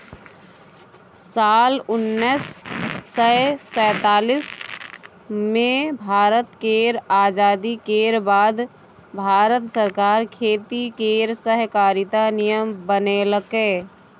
साल उन्नैस सय सैतालीस मे भारत केर आजादी केर बाद भारत सरकार खेती केर सहकारिता नियम बनेलकै